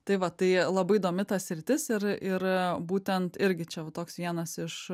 tai va tai labai įdomi ta sritis ir ir būtent irgi čia va toks vienas iš